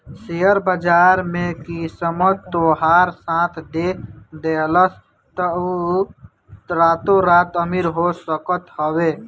share बाजार में किस्मत तोहार साथ दे देहलस तअ तू रातो रात अमीर हो सकत हवअ